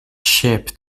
ship